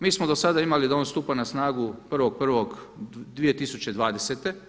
Mi smo do sada imali da on stupa na snagu 1.1.2020.